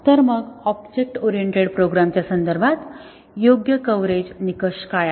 तर मग object oriented प्रोग्राम्सच्या संदर्भात योग्य कव्हरेज निकष काय आहे